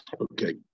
Okay